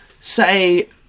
say